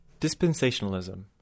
Dispensationalism